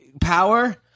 power